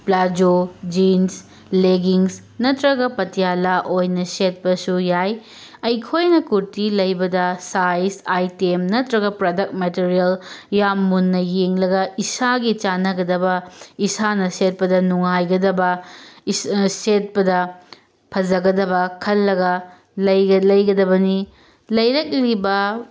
palazzo jeans leggings ꯅꯠꯇ꯭ꯔꯒ ꯄꯇꯤꯌꯥꯂꯥ ꯑꯣꯏꯅ ꯁꯦꯠꯄꯁꯨ ꯌꯥꯏ ꯑꯩꯈꯣꯏꯅ ꯀꯨꯔꯇꯤ ꯂꯩꯕꯗ ꯁꯥꯏꯁ ꯑꯥꯏꯇꯦꯝ ꯅꯠꯇ꯭ꯔꯒ ꯄ꯭ꯔꯗꯛ ꯃꯦꯇꯔꯤꯌꯦꯜ ꯌꯥꯝ ꯃꯨꯟꯅ ꯌꯦꯡꯂꯒ ꯏꯁꯥꯒꯤ ꯆꯥꯅꯒꯗꯕ ꯏꯁꯥꯅ ꯁꯦꯠꯄꯗ ꯅꯨꯡꯉꯥꯏꯒꯕꯗ ꯁꯦꯠꯄꯗ ꯐꯖꯒꯗꯕ ꯈꯜꯂꯒ ꯂꯩꯒꯗꯕꯅꯤ ꯂꯩꯔꯛꯂꯤꯕ